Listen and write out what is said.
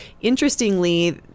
interestingly